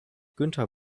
günter